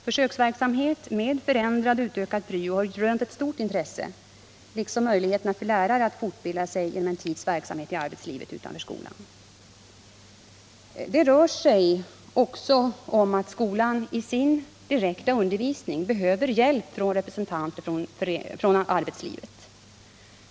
Försöksverksamheten med förändrad och utökad pryo har rönt stort intresse liksom möjligheterna för lärarna att fortbilda sig genom en tids verksamhet i arbetslivet utanför skolan. Det rör sig också om att skolan i sin direkta undervisning behöver hjälp av representanter från arbetslivet.